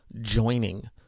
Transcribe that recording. joining